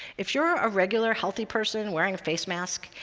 if you're a regular, healthy person wearing a face mask,